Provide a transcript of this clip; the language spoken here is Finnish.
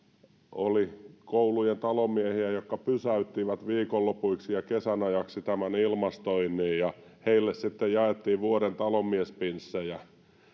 oli koulujen talonmiehiä jotka pysäyttivät viikonlopuiksi ja kesän ajaksi ilmastoinnin ja heille sitten jaettiin vuoden talonmies pinssejä